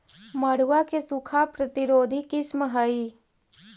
मड़ुआ के सूखा प्रतिरोधी किस्म हई?